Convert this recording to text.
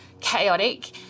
chaotic